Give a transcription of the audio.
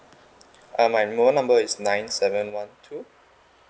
um my mobile number is nine seven one two